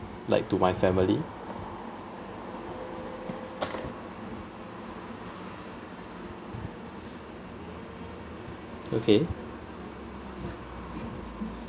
like to my family